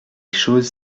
choses